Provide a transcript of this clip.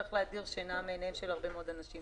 שצריך להדיר שינה מעיניהם של הרבה מאוד אנשים,